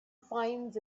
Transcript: finds